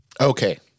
Okay